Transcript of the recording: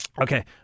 Okay